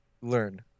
Learn